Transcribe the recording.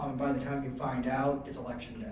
by the time you find out, it's election